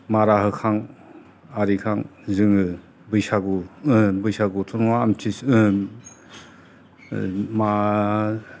मारा होखां आरिखां जोङो बैसागु बैसागुथ' नङा आमथि सु मा